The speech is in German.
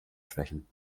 schwächen